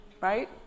right